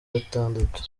gatandatu